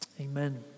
Amen